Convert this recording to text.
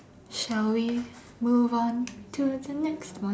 shall we move on to the next one